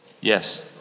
Yes